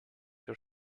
your